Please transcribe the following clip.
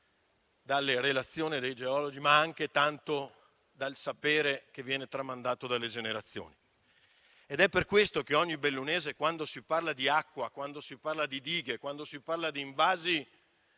dalle relazioni dei geologi, ma tanto anche dal sapere tramandato dalle generazioni. È per questo che ogni bellunese, quando si parla di acqua, quando si parla di dighe, quando si parla di invasi,